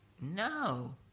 No